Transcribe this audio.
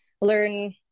learn